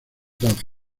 duff